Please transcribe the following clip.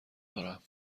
دارم